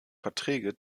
verträge